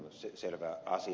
se on selvä asia